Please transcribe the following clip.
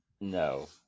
No